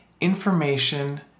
information